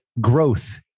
growth